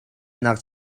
nak